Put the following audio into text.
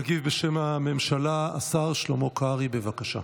יגיב בשם הממשלה השר שלמה קרעי, בבקשה.